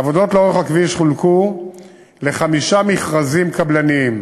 העבודות לאורך הכביש חולקו לחמישה מכרזים קבלניים,